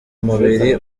umubiri